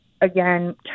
again